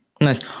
Nice